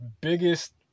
biggest